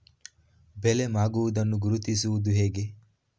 ಬೆಳೆ ಮಾಗುವುದನ್ನು ಗುರುತಿಸುವುದು ಹೇಗೆ?